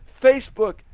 Facebook